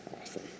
Awesome